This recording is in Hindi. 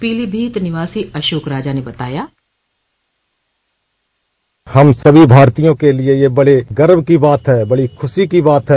पीलीभीत निवासी अशोक राजा ने बताया हम सभी भारतीयों के लिये यह बड़े गर्व की बात है खुशी की बात है